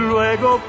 Luego